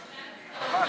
בעד,